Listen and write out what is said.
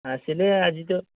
ଆସିଲେ ଆଜି ତ